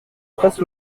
presse